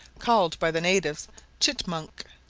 called by the natives chitmunk,